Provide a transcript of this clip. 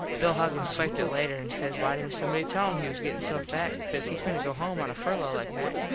bill huggins swiped it later and says why didnt somebody tell him he was gettin so fat cause he couldnt go home on a furlo like that.